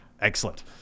Excellent